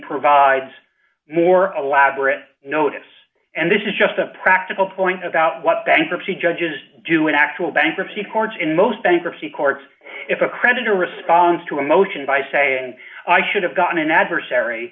provides more elaborate notice and this is just a practical point about what bankruptcy judges do in actual bankruptcy courts in most bankruptcy courts if a creditor responds to a motion by saying i should have gotten an adversary